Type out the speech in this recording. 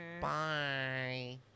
Bye